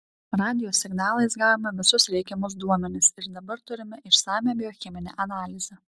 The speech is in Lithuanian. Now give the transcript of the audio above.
radijo signalais gavome visus reikiamus duomenis ir dabar turime išsamią biocheminę analizę